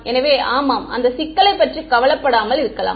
எனவே ஆமாம் அந்த சிக்கலைப் பற்றி கவலைப்படாமல் இருக்கலாம்